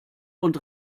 und